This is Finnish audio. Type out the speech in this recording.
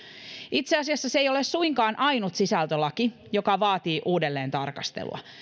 itse asiassa se ei ole suinkaan ainut sisältölaki joka vaatii uudelleentarkastelua